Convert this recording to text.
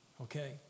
okay